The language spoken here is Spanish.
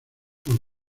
con